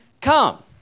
come